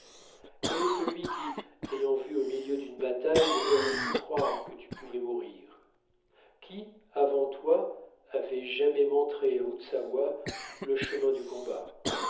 quel est celui qui t'ayant vu au milieu d'une bataille aurait pu croire que tu pouvais mourir qui avant toi avait jamais montré à utsawa le chemin du combat